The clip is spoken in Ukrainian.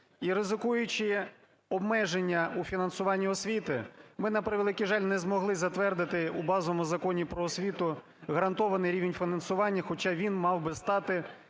І ризикуючи… обмеження у фінансування освіти, ми, на превеликий жаль, не змогли затвердити у базовому Законі "Про освіту" гарантований рівень фінансування, хоча він мав би стати